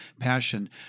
Passion